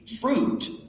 fruit